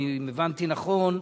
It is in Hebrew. אם הבנתי נכון,